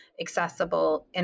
accessible